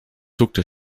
zuckte